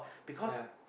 yea